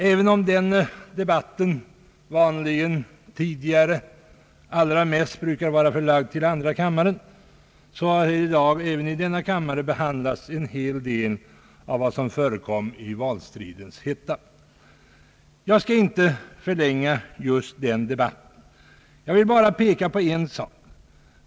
även om denna debatt tidigare vanligen allra mest brukat vara förlagd till andra kammaren, har i dag också i denna kammare behandlats en hel del av vad som förekom i valstridens hetta. Jag skall inte förlänga just den debatten. Jag vill bara peka på en sak.